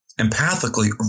empathically